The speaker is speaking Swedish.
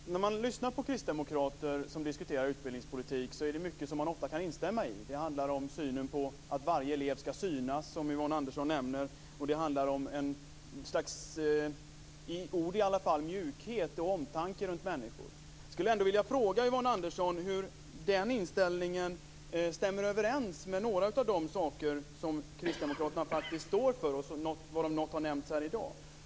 Fru talman! När man lyssnar på kristdemokrater som diskuterar utbildningspolitik är det mycket som man ofta kan instämma i. Det handlar om att varje elev skall synas, som Yvonne Andersson nämner. Det handlar om ett slags mjukhet, i alla fall i ord, och omtanke om människor. Jag skulle ändå vilja fråga Yvonne Andersson hur den inställningen stämmer överens med några av de saker som kristdemokraterna faktiskt står för. Något har nämnts här i dag.